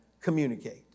communicate